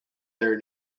there